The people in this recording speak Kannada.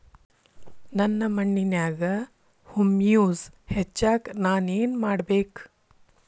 ನನ್ನ ಮಣ್ಣಿನ್ಯಾಗ್ ಹುಮ್ಯೂಸ್ ಹೆಚ್ಚಾಕ್ ನಾನ್ ಏನು ಮಾಡ್ಬೇಕ್?